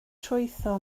trwytho